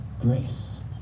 grace